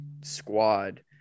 squad